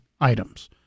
items